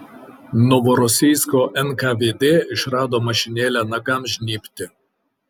novorosijsko nkvd išrado mašinėlę nagams žnybti